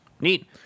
neat